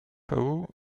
poe